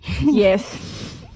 yes